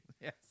yes